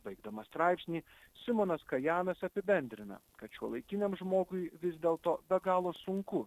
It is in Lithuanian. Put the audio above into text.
baigdamas straipsnį simonas kajanas apibendrina kad šiuolaikiniam žmogui vis dėl to be galo sunku